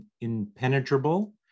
impenetrable